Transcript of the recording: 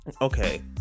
okay